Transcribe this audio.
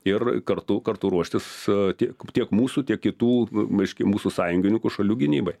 ir kartu kartu ruoštis tiek tiek mūsų tiek kitų reiškia mūsų sąjungininkų šalių gynybai